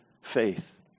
faith